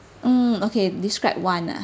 mm okay describe one ah